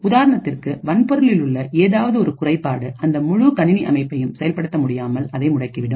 உதாரணத்திற்கு வன்பொருளிலுள்ள ஏதாவது ஒரு குறைபாடுஅந்த முழு கணினி அமைப்பையும் செயல்படுத்த முடியாமல் அதை முடக்கிவிடும்